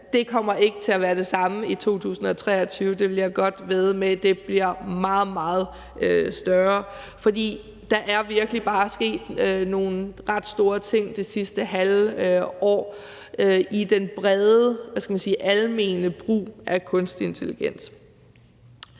Det kommer ikke til at være det samme i 2023; det vil jeg godt vædde med. Det bliver meget, meget større, for der er virkelig bare sket nogle ret store ting i det sidste halve år i den brede, hvad skal man sige, almene brug af kunstig intelligens.